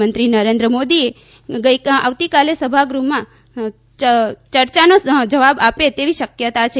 પ્રધાનમંત્રી નરેન્દ્ર મોદી આવતીકાલે સભાગૃહમાં ચર્ચાનો જવાબ આપે તેવી શક્યતા છે